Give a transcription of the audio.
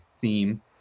theme